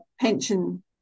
pension